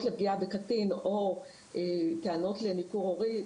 לפגיעה בקטין או טענות לניכור הורי,